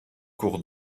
cours